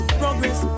progress